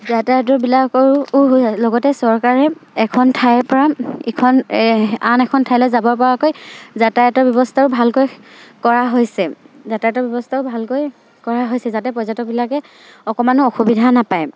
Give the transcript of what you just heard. যাতায়তৰবিলাকৰো লগতে চৰকাৰে এখন ঠাইৰ পৰা ইখন আন এখন ঠাইলৈ যাব পৰাকৈ যাতায়তৰ ব্যৱস্থাও ভালকৈ কৰা হৈছে যাতে পৰ্যটকবিলাকে অকমানো অসুবিধা নাপায়